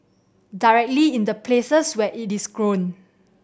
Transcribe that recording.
directly in the places where it is grown